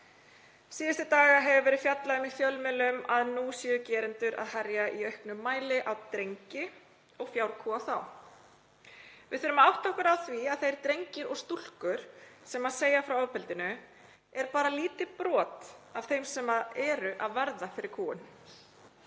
Síðustu daga hefur verið fjallað um það í fjölmiðlum að nú séu gerendur að herja í auknum mæli á drengi og beita þá fjárkúgun. Við þurfum að átta okkur á því að þeir drengir og stúlkur sem segja frá ofbeldinu eru bara lítið brot af þeim sem eru að verða fyrir kúgun.